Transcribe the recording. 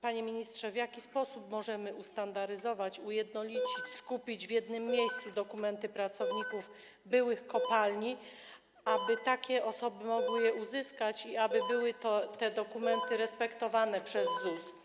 Panie ministrze, w jaki sposób może ustandaryzować, ujednolicić, skupić w jednym miejscu dokumenty pracowników byłych kopalni, aby takie osoby mogły je uzyskać i aby były to te dokumenty respektowane przez ZUS?